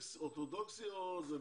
אורתודוקסי או זה,